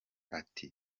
ati